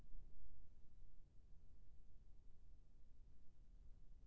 मोला क्रेडिट के नवीनीकरण करे बर का करे ले पड़ही?